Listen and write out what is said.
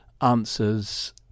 answers